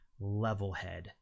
Levelhead